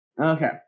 Okay